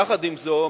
יחד עם זאת,